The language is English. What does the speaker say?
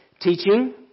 teaching